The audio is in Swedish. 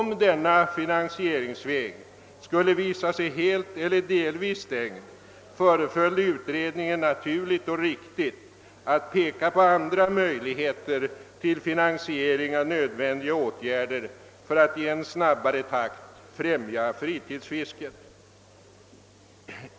Om denna finansieringsväg skulle visa sig helt eller delvis stängd, föreföll det utredningen naturligt och riktigt att peka på andra möjligheter till finansiering av nödvändiga åtgärder för att i en snabbare takt främja fritidsfisket.